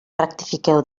rectifiqueu